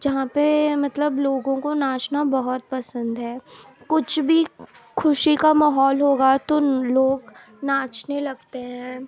جہاں پہ مطلب لوگوں کو ناچنا بہت پسند ہے کچھ بھی خوشی کا ماحول ہوگا تو لوگ ناچنے لگتے ہیں